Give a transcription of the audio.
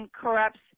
corrupts